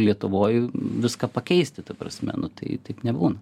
lietuvoj viską pakeisti ta prasme nu tai taip nebūna